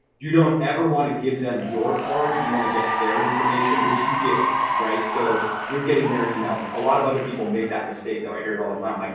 you don't ever wanna give them your card, you wanna get their information, which you did. so you're getting their email. a lot of other people make that mistake though. i hear it all the time. like